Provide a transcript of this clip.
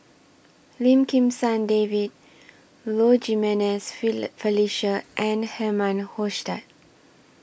Lim Kim San David Low Jimenez Felicia and Herman Hochstadt